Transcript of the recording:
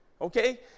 Okay